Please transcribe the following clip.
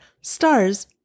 Stars